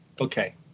okay